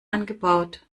angebaut